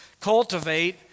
cultivate